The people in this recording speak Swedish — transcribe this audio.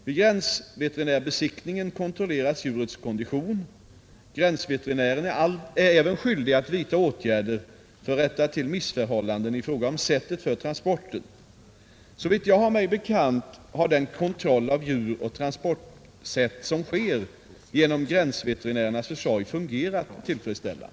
Vid gränsveterinärbesiktningen kontrolleras djurets kondition. Gränsveterinären är skyldig att vidta åtgärder för att rätta till missförhållanden i fråga om sättet för transporten. Såvitt jag har mig bekant har den kontroll av djur och transportsätt som sker genom gränsveterinärens försorg fungerat tillfredsställande.